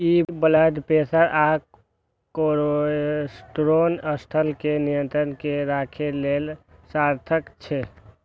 ई blood pressure आ cholesterol स्तर कें नियंत्रण मे राखै लेल सार्थक छै